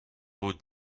out